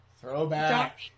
Throwback